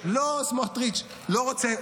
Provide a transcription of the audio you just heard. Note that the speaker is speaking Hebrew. לא, סמוטריץ' לא רוצה.